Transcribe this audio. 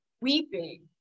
weeping